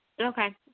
Okay